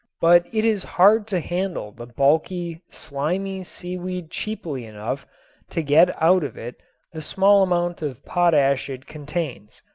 but it is hard to handle the bulky, slimy seaweed cheaply enough to get out of it the small amount of potash it contains.